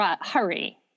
hurry